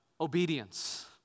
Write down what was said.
obedience